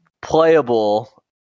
Playable